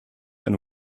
and